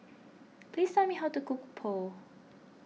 please tell me how to cook Pho